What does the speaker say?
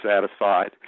satisfied